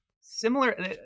similar